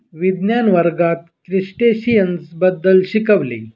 विज्ञान वर्गात क्रस्टेशियन्स बद्दल शिकविले